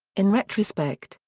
in retrospect,